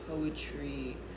poetry